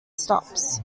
stops